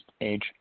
age